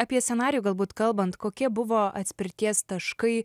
apie scenarijų galbūt kalbant kokie buvo atspirties taškai